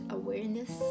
awareness